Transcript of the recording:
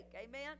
Amen